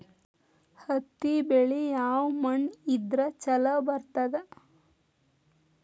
ಹತ್ತಿ ಬೆಳಿ ಯಾವ ಮಣ್ಣ ಇದ್ರ ಛಲೋ ಬರ್ತದ?